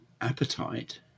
appetite